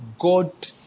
God